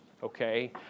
okay